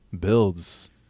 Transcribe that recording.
builds